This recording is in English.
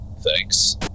Thanks